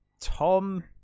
Tom